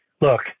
look